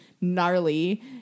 gnarly